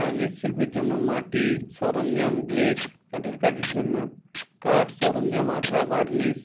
আর মৃৎশিল্পীর জন্য মাটি সরঞ্জাম গ্লেজ কাঠের কাজের জন্য কাঠ সরঞ্জাম আঠা বার্নিশ